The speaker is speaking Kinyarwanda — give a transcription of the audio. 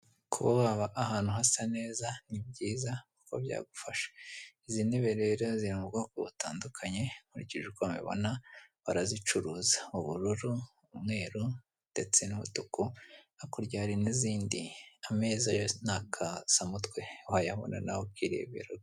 kuba waba ahantu hasa neza ni byiza kuko byagufashe, izi ntebere ziri mu bwoko butandukanye nkurikije uko mbibona barazicuruza ubururu, umweru ndetse n'umutuku. Hakurya hari n'izindi, ameza yo ni akasamutwe wayabona nawe ukirebera.